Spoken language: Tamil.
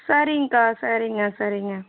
சரிங்கக்கா சரிங்க சரிங்க